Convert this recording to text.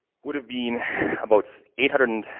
would have been about eight hundred and